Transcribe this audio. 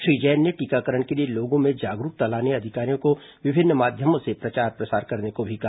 श्री जैन ने टीकाकरण के लिए लोगों में जागरूकता लाने अधिकारियों को विभिन्न माध्यमों से प्रचार प्रसार करने को भी कहा